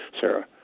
Sarah